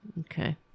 Okay